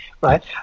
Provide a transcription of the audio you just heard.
right